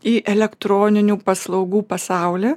į elektroninių paslaugų pasaulį